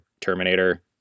Terminator